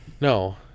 No